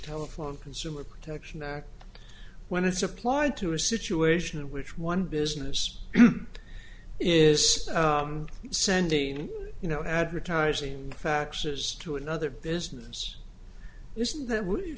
telephone consumer protection act when it's applied to a situation in which one business is sending you know advertising faxes to another business isn't that